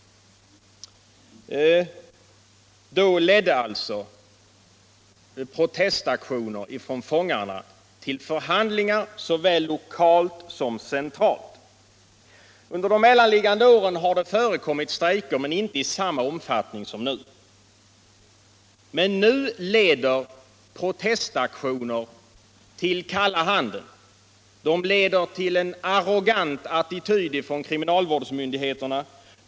Då ledde alltså protestaktioner från fångarna till förhandlingar såväl lokalt som centralt. Under de mellanliggande åren har det förekommit strejker, dock inte i samma omfattning som nu. Men nu leder protestaktioner till kalla handen. De leder till en arrogant attityd från kriminalvårdsmyndigheterna.